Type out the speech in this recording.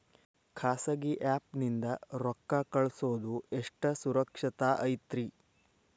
ಖಾಸಗಿ ಆ್ಯಪ್ ನಿಂದ ರೊಕ್ಕ ಕಳ್ಸೋದು ಎಷ್ಟ ಸುರಕ್ಷತಾ ಐತ್ರಿ?